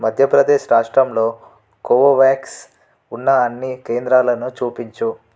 మధ్య ప్రదేశ్ రాష్ట్రంలో కోవోవ్యాక్స్ ఉన్న అన్నీ కేంద్రాలను చూపించు